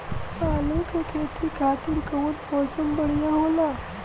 आलू के खेती खातिर कउन मौसम बढ़ियां होला?